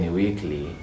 weekly